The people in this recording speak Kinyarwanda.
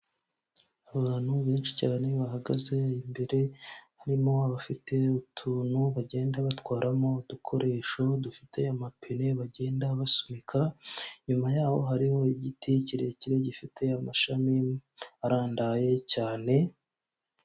Abantu benshi cyane bahagaze imbere, harimo abafite utuntu bagenda batwaramo udukoresho dufite amapine bagenda basunika, inyuma yaho hariho igiti kirekire gifite amashami arandaye cyane...